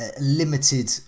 limited